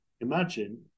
imagine